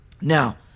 Now